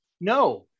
no